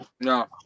No